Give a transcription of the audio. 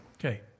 Okay